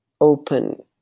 open